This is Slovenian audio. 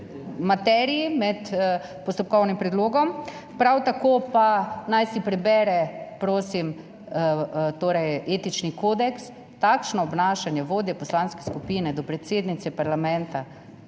materiji med postopkovnim predlogom. Prav tako pa naj si prebere, prosim, etični kodeks. Takšno obnašanje vodje poslanske skupine do predsednice parlamenta,